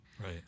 Right